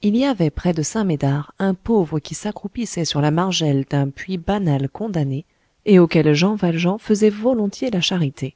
il y avait près de saint-médard un pauvre qui s'accroupissait sur la margelle d'un puits banal condamné et auquel jean valjean faisait volontiers la charité